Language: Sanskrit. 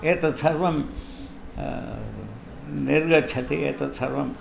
एतत्सर्वं निर्गच्छति एतत् सर्वम्